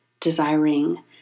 desiring